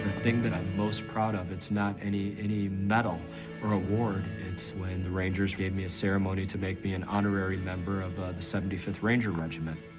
thing that i'm most proud of, it's not any, any medal or award. it's when the rangers gave me a ceremony to make me an honorary member of the seventy fifth ranger regiment.